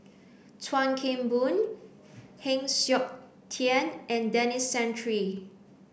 Chuan Keng Boon Heng Siok Tian and Denis Santry